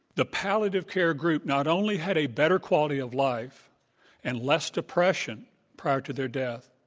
the palliative care group not only had a better quality of life and less depression prior to their death.